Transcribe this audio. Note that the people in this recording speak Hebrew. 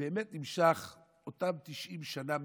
באמת כבר 90 שנה,